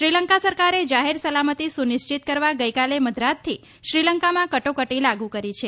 શ્રીલંકા સરકારે જાહેર સલામતી સુનિશ્ચિત કરવા ગઇકાલે મધરાત્રથી શ્રીલંકામાં કટોકટી લાગુ કરી છે